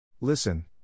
Listen